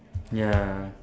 ya